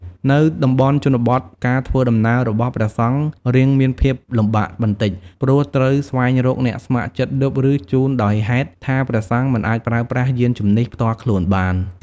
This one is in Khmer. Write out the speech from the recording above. នៅតំបន់ជនបទការធ្វើដំណើររបស់ព្រះសង្ឃរៀងមានភាពលំបាកបន្តិច ព្រោះត្រូវស្វែងរកអ្នកស្ម័គ្រចិត្តឌុប ឬ ជូន ដោយហេតុថាព្រះសង្ឃមិនអាចប្រើប្រាស់យានជំនិះផ្ទាល់ខ្លួនបាន។